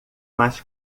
mais